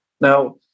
Now